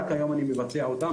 רק היום אני מבצע אותם,